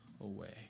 away